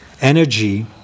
energy